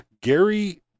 Gary